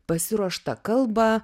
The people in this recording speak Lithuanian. pasiruoštą kalbą